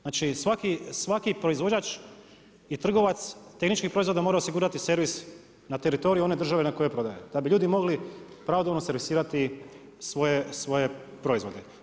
Znači svaki proizvođač je trgovac, tehničkih proizvoda mora osigurati servis na teritoriju one države na koje prodaje da bi ljudi mogli pravodobno servisirati svoje proizvode.